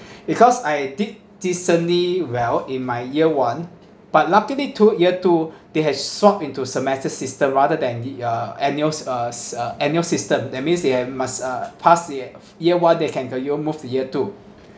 because I did decently well in my year one but luckily to year two they had swapped into semester system rather than the uh annual s~ uh annual system that means they have must uh pass year year one then can you move to year two